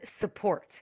support